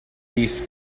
these